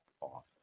off